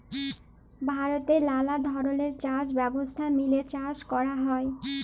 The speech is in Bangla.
ভারতে লালা ধরলের চাষ ব্যবস্থা মেলে চাষ ক্যরা হ্যয়